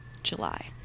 July